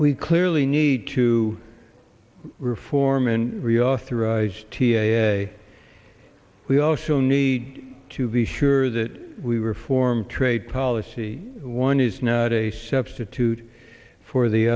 we clearly need to reform and reauthorize t a a we also need to be sure that we reform trade policy one is not a substitute for the